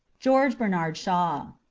george bernard shaw